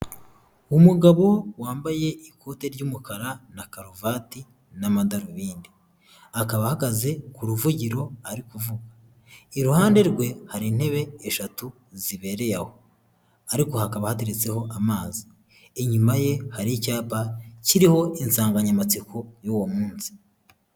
Umugabo wambaye ikote ry'umukara na karuvati n'amadarubindi akaba ahagaze ku ruvugiro arikuvuga, iruhande rwe hari intebe eshatu zibereye aho ariko hakaba hateretseho amazi, inyuma ye hari icyapa kiriho insanganyamatsiko y'uwo munsi.